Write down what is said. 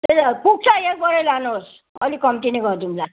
त्यही त पुग्छ एक बोरा लानु होस् अलिक कम्ती नै गरिदिउँला